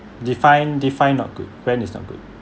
define define not good when is not good